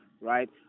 right